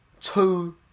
two